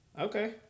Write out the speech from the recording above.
Okay